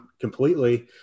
completely